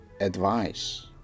advice